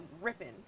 ripping